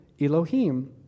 Elohim